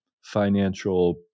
financial